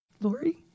Lori